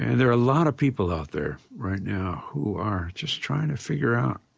and there are a lot of people out there right now who are just trying to figure out